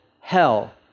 hell